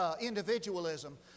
individualism